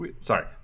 sorry